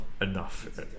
enough